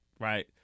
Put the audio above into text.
Right